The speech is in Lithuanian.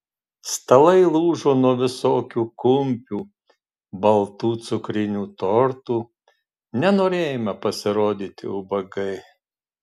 stalai lūžo nuo visokių kumpių baltų cukrinių tortų nenorėjome pasirodyti ubagai